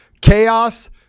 Chaos